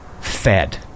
fed